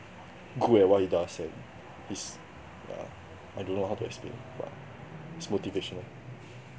good at what he does and he's yeah I don't know to explain but he's motivational